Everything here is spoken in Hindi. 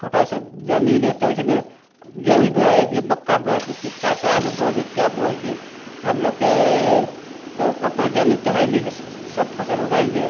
छोटा सा ज़मीन है तो उसमें गेहूँ बोए कि मक्का बोए कि कि का का आलू बोए कि क्या बोएंगे त हम लोग के तो उतना ज़मीन तो है नहीं कि सब फसल उगाएंगे